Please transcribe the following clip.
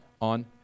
on